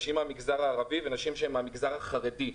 נשים מהמגזר הערבי ונשים מהמגזר החרדי.